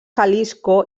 jalisco